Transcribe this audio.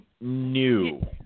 new